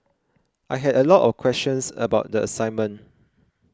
I had a lot of questions about the assignment